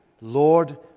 Lord